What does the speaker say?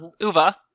Uva